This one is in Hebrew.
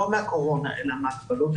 לא מהקורונה אלא מההגבלות,